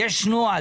יש נוהל,